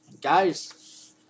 guys